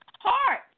heart